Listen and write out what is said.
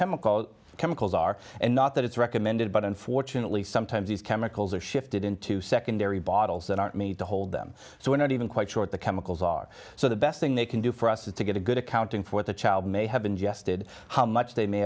chemical chemicals are and not that it's recommended but unfortunately sometimes these chemicals are shifted into secondary bottles and aren't made to hold them so we're not even quite short the chemicals are so the best thing they can do for us is to get a good accounting for the child may have ingested how much they may